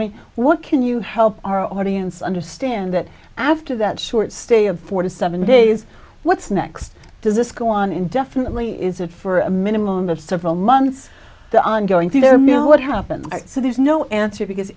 mean what can you help our audience understand that after that short stay of four to seven days what's next does this go on indefinitely is it for a minimum of several months the ongoing thing there are no what happens so there's no answer because